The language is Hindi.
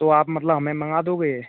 तो आप मतलब हमें मँगा दोगे